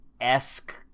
esque